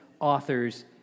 authors